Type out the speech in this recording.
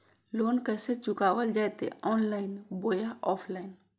Loan कैसे चुकाबल जयते ऑनलाइन बोया ऑफलाइन?